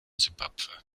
simbabwe